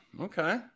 Okay